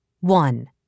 One